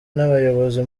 n’abayobozi